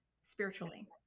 spiritually